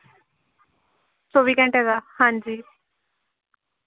चौबी घैंटे दा हां जी